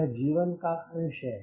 यह जीवन का अंश है